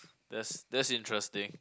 that's that's interesting